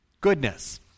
Goodness